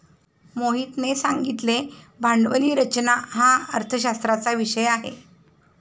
मोहितने सांगितले भांडवली रचना हा अर्थशास्त्राचा विषय आहे